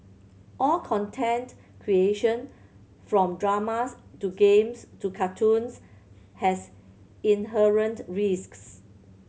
all content creation from dramas to games to cartoons has inherent risks